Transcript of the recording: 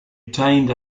obtained